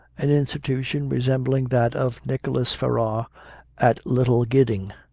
an institution resembling that of nicholas ferrar at little gidding,